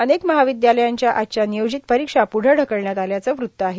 अनेक महाविद्यालयांच्या आजच्या नियोजित परीक्षा प्रदं ढकलण्यात आल्याचं वृत्त आहे